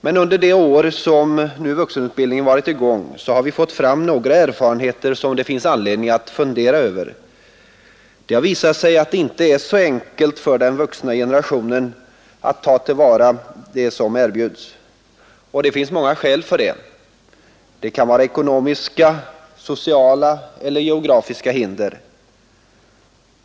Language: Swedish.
Men under de år som vuxenutbildningen nu har varit i gång har vi fått några erfarenheter, som det finns anledning att fundera över. Det har visat sig vara inte så enkelt för den vuxna generationen att tillvarata vad som erbjuds. Det finns många orsaker till det. Det kan vara ekonomiska, sociala eller geografiska hinder.